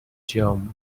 jump